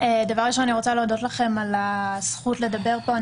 רוצה להודות לכם על הזכות לדבר פה.